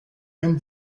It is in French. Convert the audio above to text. une